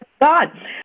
God